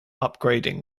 upgrading